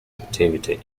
activity